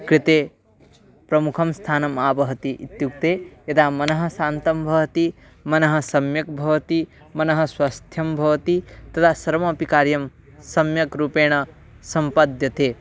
कृते प्रमुखं स्थानम् आवहति इत्युक्ते यदा मनः शान्तं भवति मनः सम्यक् भवति मनः स्वास्थ्यं भवति तदा सर्वमपि कार्यं सम्यक् रूपेण सम्पाद्यते